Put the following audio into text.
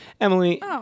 Emily